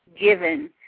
given